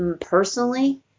personally